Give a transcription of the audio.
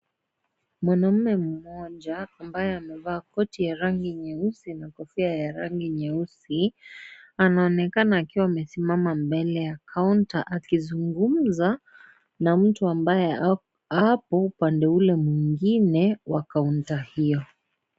Mwanmme mmoja ambaye amevaa koti ya rangi nyeusi na kofia ya rangi nyeusi anaonekana akiwa amesimama mbele ya counter akizungumza na mtu ambaye ako upande ule mwingine wa counter hiyo.